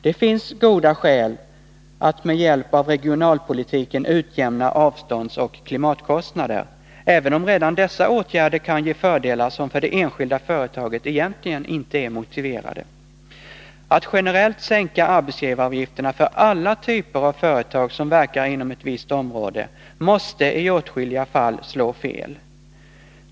Det finns goda skäl att med hjälp av regionalpolitiken utjämna avståndsoch klimatkostnader, även om redan dessa åtgärder kan ge fördelar som för det enskilda företaget egentligen inte är motiverade. Att generellt sänka arbetsgivaravgifterna för alla typer av företag som verkar inom ett visst område måste i åtskilliga fall slå fel.